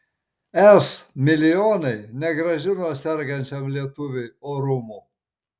es milijonai negrąžino sergančiam lietuviui orumo